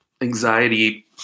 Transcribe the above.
anxiety